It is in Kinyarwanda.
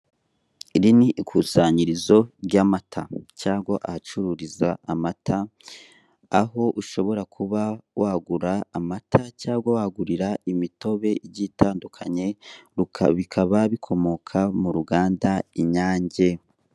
Iri ni ikusanyirizo ry'amata cyangwa ahacururizwa amata, aho ushobora kuba wagura amata cyangwa wagurira imitobe igiye itandukanye, bikaba bikomoka mu ruganda inyange.